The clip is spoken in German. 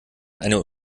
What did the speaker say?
eine